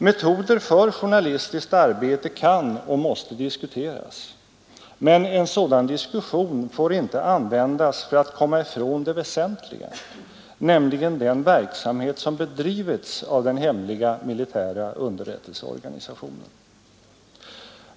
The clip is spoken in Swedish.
Metoder för journalistiskt arbete kan och måste diskuteras, men en sådan diskussion får inte användas för att komma ifrån det väsentliga, nämligen den verksamhet som bedrivits av den hemliga militära underrättelseorganisationen.